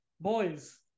Boys